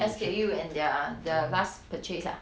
S_A_U and their last purchase ah